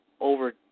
over